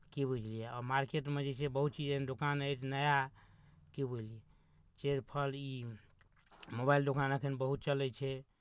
की बुझलियै आ मार्केटमे जे छै बहुत चीज एहन दोकान अछि नया की बुझलियै जे फल ई मोबाइल दोकान एखन बहुत चलै छै